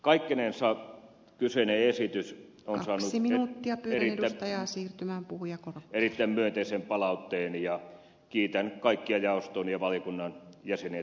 kaikkinensa kyseinen esitys on rasin ja pyörillä ja siirtymään puhuja saanut erittäin myönteisen palautteen ja kiitän kaikkia jaoston ja valiokunnan jäseniä tämän käsittelystä